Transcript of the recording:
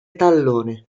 tallone